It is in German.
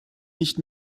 nicht